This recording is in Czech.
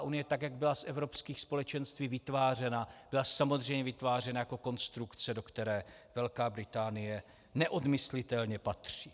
EU, tak jak byla z Evropských společenství vytvářena, byla samozřejmě vytvářena jako konstrukce, do které Velká Británie neodmyslitelně patří.